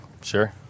sure